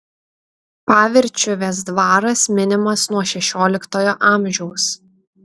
pavirčiuvės dvaras minimas nuo šešioliktojo amžiaus